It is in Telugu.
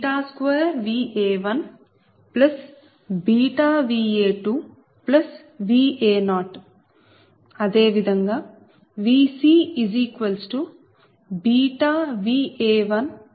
Vb2Va1βVa2Va0 అదే విధంగా VcβVa12Va2Va0